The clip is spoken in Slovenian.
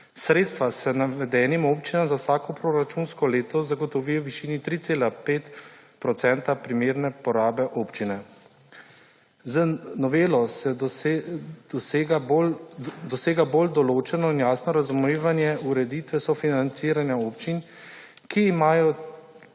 Sredstva se navedenim občinam za vsako proračunsko leto zagotovi v višini 3,5 % porabe občine. Z novelo se dosega bolj določeno in jasno razumevanje ureditve sofinanciranja občin, ki jih imajo